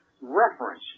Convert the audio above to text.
reference